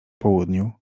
południu